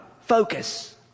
Focus